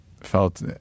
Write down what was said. felt